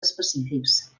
específics